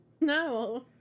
No